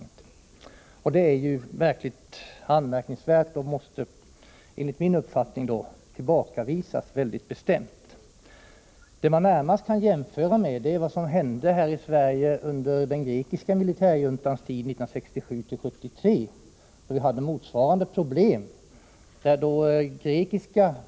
Den turkiska regeringens handlande är verkligen anmärkningsvärt och måste enligt min uppfattning tillbakavisas mycket bestämt. Vad vi närmast kan jämföra med är vad som hände i Sverige under den grekiska militärjuntans tid 1967-1973, då vi hade motsvarande problem.